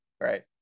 right